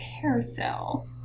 Carousel